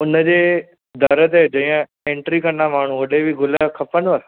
हुनजे दर ते जीअं ऐंटरी कंदा माण्हू होॾे बि गुल खपंदव